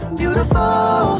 beautiful